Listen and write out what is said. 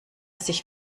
sich